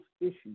issues